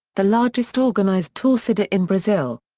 the largest organized torcida in brazil.